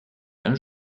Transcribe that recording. qu’un